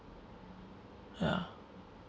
ya